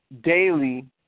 daily